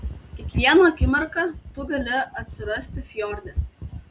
kiekvieną akimirką tu gali atsirasti fjorde